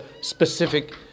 specific